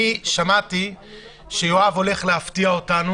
שמעתי שיואב הולך להפתיע אותנו